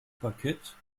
parkett